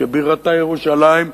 שבירתו ירושלים,